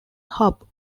hub